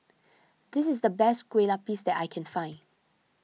this is the best Kueh Lupis that I can find